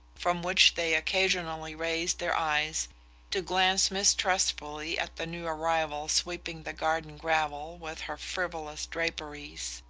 from which they occasionally raised their eyes to glance mistrustfully at the new arrival sweeping the garden gravel with her frivolous draperies.